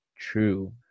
true